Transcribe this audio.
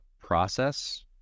process